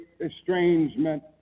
estrangement